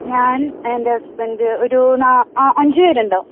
ഞാൻ എൻ്റെ ഹസ്ബൻഡ് ഒരു നാ ആ അഞ്ചുപേരുണ്ടാവും